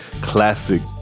classic